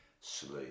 sleep